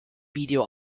video